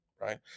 right